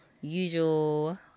usual